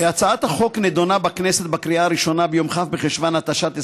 הצעת החוק נדונה בכנסת לקריאה הראשונה ביום כ' בחשוון התשע"ט,